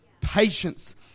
patience